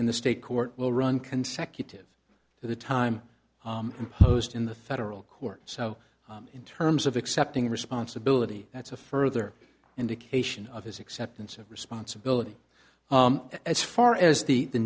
in the state court will run consecutive to the time imposed in the federal court so in terms of accepting responsibility that's a further indication of his acceptance of responsibility as far as the the